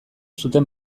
zuten